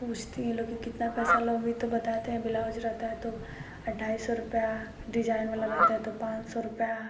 पूछती हैं ये लोग कि कितना पैसा लोगी तो बताते हैं बेलाउज रहता है तो ढाई सौ रुपया डिजाइन वाला रहता है तो पाँच सौ रुपया